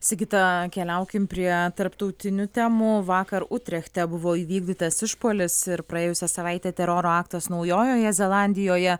sigita keliaukim prie tarptautinių temų vakar utrechte buvo įvykdytas išpuolis ir praėjusią savaitę teroro aktas naujojoje zelandijoje